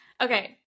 Okay